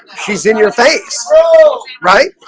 she's in your face right